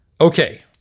Okay